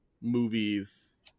movies